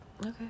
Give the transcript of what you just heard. Okay